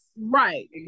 Right